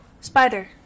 Spider